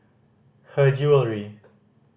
Her Jewellery